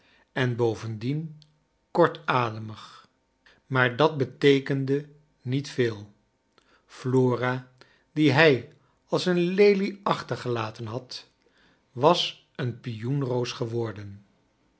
en bovendien kortademig maar dat beteekende niet veel flora die hij als een lelie achtergelaten had was een pioenroos geworden